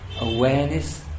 Awareness